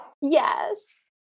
Yes